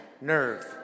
nerve